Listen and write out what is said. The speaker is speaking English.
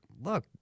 look